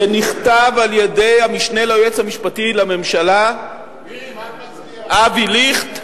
שנכתב על-ידי המשנה ליועץ המשפטי לממשלה אבי ליכט,